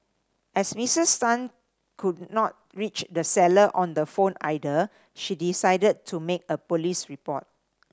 as Missis Tan could not reach the seller on the phone either she decided to make a police report